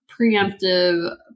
preemptive